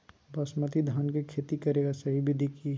बासमती धान के खेती करेगा सही विधि की हय?